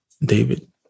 David